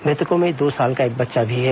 मृतकों में दो साल का एक बच्चा भी है